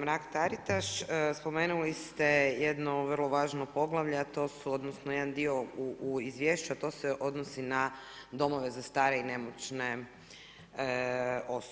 Mrak Taritaš, spomenuli ste jedno vrlo važno poglavlje, a to su odnosno jedan dio u izvješću, a to se odnosi na domove za stare i nemoćne osobe.